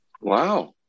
Wow